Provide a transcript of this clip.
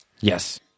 Yes